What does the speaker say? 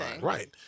right